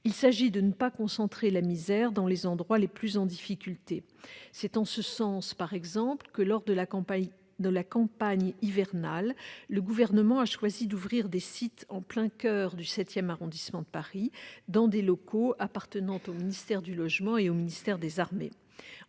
il s'agit de ne pas concentrer la misère dans les endroits les plus en difficulté. C'est en ce sens, par exemple, que, lors de la campagne hivernale, le Gouvernement a choisi d'ouvrir des sites en plein coeur du VII arrondissement de Paris, dans des locaux appartenant au ministère du logement et au ministère des armées.